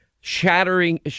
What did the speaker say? shattering